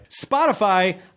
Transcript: Spotify